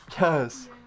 Yes